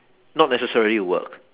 not necessary work